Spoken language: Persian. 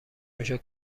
میشد